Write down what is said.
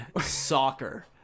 soccer